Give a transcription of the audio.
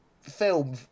film